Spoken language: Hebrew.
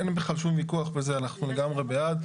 אין לנו שום ויכוח על זה, אנחנו לגמרי בעד.